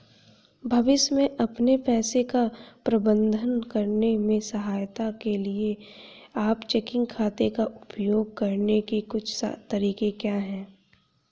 भविष्य में अपने पैसे का प्रबंधन करने में सहायता के लिए आप चेकिंग खाते का उपयोग करने के कुछ तरीके क्या हैं?